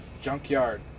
junkyard